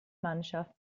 mannschaft